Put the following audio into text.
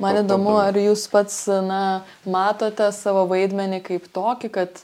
man įdomu ar jūs pats na matote savo vaidmenį kaip tokį kad